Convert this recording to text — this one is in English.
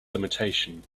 limitation